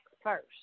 first